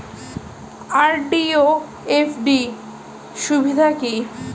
RD ও FD র সুবিধা কি?